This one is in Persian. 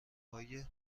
های